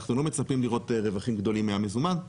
אנחנו לא מצפים לראות רווחים גדולים מהמזומן,